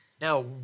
Now